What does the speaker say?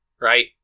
right